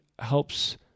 helps